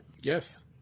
Yes